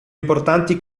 importanti